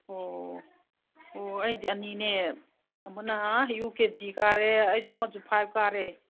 ꯑꯣ ꯑꯣ ꯑꯣ ꯑꯩꯗꯤ ꯑꯅꯤꯅꯦ ꯑꯃꯅ ꯌꯨ ꯀꯦꯖꯤ ꯀꯥꯔꯦ ꯑꯩꯁꯨ ꯑꯃꯁꯨ ꯐꯥꯏꯚ ꯀꯥꯔꯦ